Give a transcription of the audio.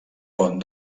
pont